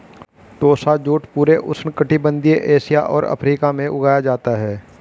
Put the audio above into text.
टोसा jute पूरे उष्णकटिबंधीय Asia और अफ्रीका में उगाया जाता है